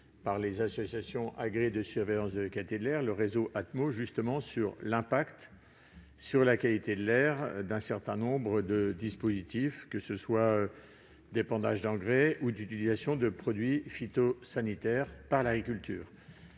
par les associations agréées de surveillance de la qualité de l'air, le réseau Atmo France, concernant l'impact sur la qualité de l'air d'un certain nombre de dispositifs d'épandage d'engrais ou d'utilisation de produits phytosanitaires dans le secteur